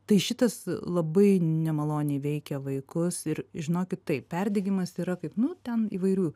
tai šitas labai nemaloniai veikia vaikus ir žinokit taip perdegimas yra kaip nu ten įvairių